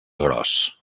gros